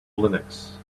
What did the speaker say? linux